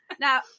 Now